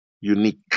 unique